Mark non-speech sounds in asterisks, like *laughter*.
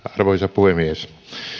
*unintelligible* arvoisa puhemies